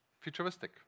futuristic